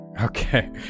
Okay